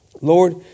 Lord